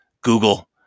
Google